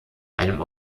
einem